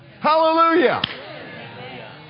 Hallelujah